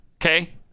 Okay